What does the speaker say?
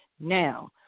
Now